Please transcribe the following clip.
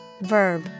Verb